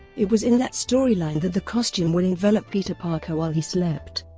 it was in that storyline that the costume would envelop peter parker while he slept,